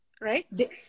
right